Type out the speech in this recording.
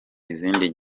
izindi